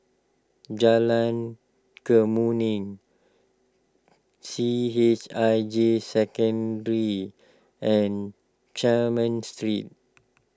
Jalan Kemuning C H I J Secondary and Carmen Street